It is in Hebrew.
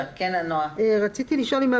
בלשכה המשפטית ראינו את התקנות האלה רק אתמול ולכן